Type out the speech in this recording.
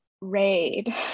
raid